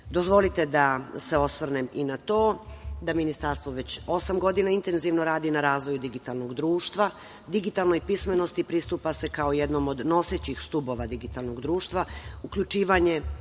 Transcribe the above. da se osvrnem i na to da Ministarstvo već osam godina intenzivno radi na razvoju digitalnog društva. Digitalnoj pismenosti pristupa se kao jednom od nosećih stubova digitalnog društva, uključivanjem